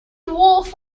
wharf